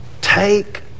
Take